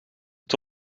het